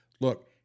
look